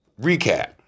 Recap